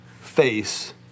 face